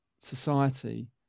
society